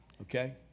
Okay